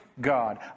God